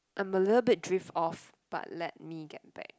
I'm a little bit drift off but let me get back